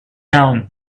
down